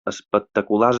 espectaculars